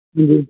ਜੀ